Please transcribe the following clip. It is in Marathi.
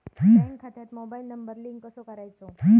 बँक खात्यात मोबाईल नंबर लिंक कसो करायचो?